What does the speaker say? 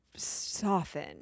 soften